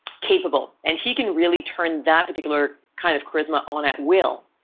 capable and he can really turn that particular kind of charisma on at will.